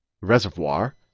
reservoir